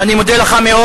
אני מודה לך מאוד.